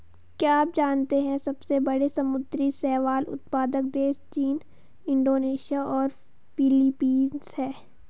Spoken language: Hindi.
क्या आप जानते है सबसे बड़े समुद्री शैवाल उत्पादक देश चीन, इंडोनेशिया और फिलीपींस हैं?